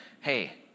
hey